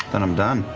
then i'm done.